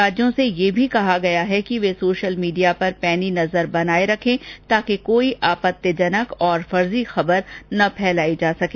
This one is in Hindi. राज्यों से यह भी कहा गया है कि वे सोशल मीडिया पर पैनी नजर बनाये रखें ताकि कोई आपत्तिजनक और फर्जी खबर न फैलाई जा सके